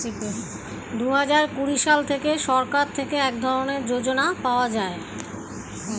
দুহাজার কুড়ি সাল থেকে সরকার থেকে এক ধরনের যোজনা পাওয়া যায়